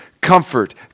Comfort